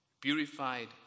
purified